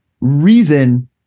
reason